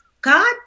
god